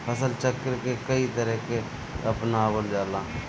फसल चक्र के कयी तरह के अपनावल जाला?